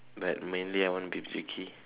but mainly I want to be picky